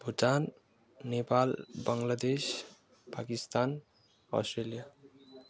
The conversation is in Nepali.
भुटान नेपाल बङ्गलादेश पाकिस्तान अस्ट्रेलिया